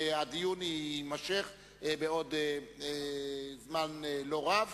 הדיון יימשך בעוד זמן לא רב.